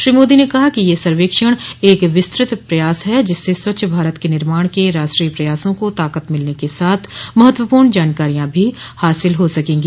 श्री मोदी ने कहा कि यह सर्वेक्षण एक विस्तृत प्रयास है जिससे स्वच्छ भारत के निर्माण के राष्ट्रीय प्रयासा को ताकत मिलने के साथ महत्वपूर्ण जानकारियां भी हासिल हो सकेंगी